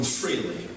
freely